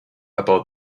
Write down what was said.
about